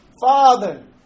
Father